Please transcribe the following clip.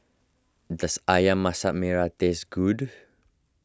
does Ayam Masak Merah taste good